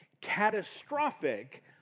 catastrophic